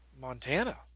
Montana